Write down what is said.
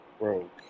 Bro